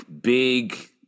big